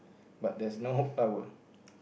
but there's no flower